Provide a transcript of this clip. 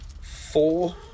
four